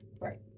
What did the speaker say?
Right